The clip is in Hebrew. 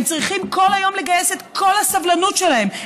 הם צריכים כל היום לגייס את כל הסבלנות שלהם,